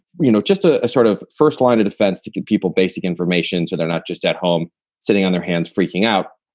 you know, just a sort of first line of defense to give people basic information. so they're not just at home sitting on their hands, freaking out.